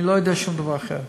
אני לא יודע שום דבר אחר.